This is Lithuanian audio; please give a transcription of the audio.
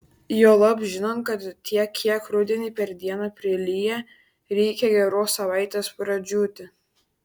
juolab žinant kad tiek kiek rudenį per dieną prilyja reikia geros savaitės pradžiūti